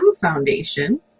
foundation